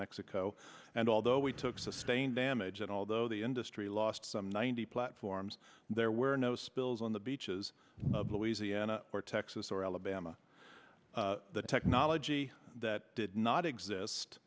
mexico and although we took sustained damage and although the industry lost some ninety platforms there were no spills on the beaches louisiana or texas or alabama the technology that did not exist